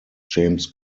james